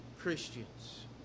Christians